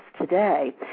today